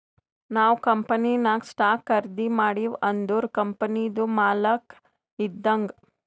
ನಾವ್ ಕಂಪನಿನಾಗ್ ಸ್ಟಾಕ್ ಖರ್ದಿ ಮಾಡಿವ್ ಅಂದುರ್ ಕಂಪನಿದು ಮಾಲಕ್ ಇದ್ದಂಗ್